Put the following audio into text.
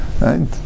right